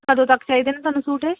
ਕਦੋਂ ਤੱਕ ਚਾਹੀਦੇ ਨੇ ਤੁਹਾਨੂੰ ਸੂਟ